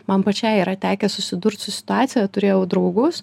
man pačiai yra tekę susidurt su situacija turėjau draugus